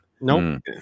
Nope